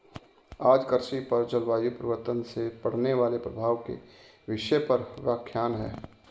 आज कृषि पर जलवायु परिवर्तन से पड़ने वाले प्रभाव के विषय पर व्याख्यान है